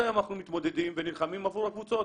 עד היום אנחנו מתמודדים ונלחמים עבור הקבוצות